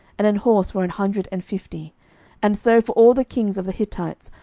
and an horse for an hundred and fifty and so for all the kings of the hittites,